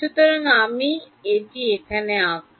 সুতরাং আমি এটি এখানে আঁকবো